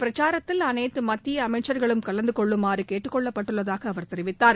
பிரச்சாரத்தில் அனைத்து இந்த மத்திய கலந்துகொள்ளுமாறு கேட்டுக்கொள்ளப்பட்டுள்ளதாக அவர் தெரிவித்தார்